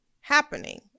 happening